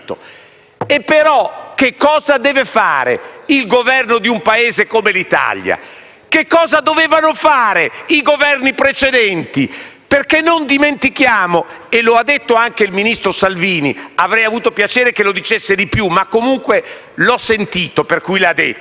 dovrebbe fare, però, il Governo di un Paese come l'Italia? Che cosa dovevano fare i Governi precedenti? Non dimentichiamo, infatti, e lo ha detto anche il ministro Salvini (avrei avuto piacere che lo dicesse di più ma comunque l'ho sentito, per cui l'ha detto),